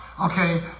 Okay